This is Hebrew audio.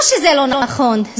לא שזה לא נכון,